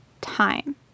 time